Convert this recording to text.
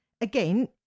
Again